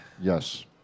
yes